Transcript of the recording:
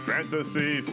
Fantasy